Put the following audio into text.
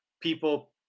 people